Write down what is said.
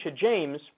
James